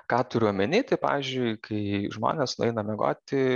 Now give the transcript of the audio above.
ką turiu omeny tai pavyzdžiui kai žmonės nueina miegoti